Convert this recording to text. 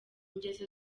ngeso